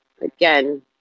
Again